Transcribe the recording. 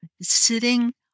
sitting